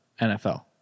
NFL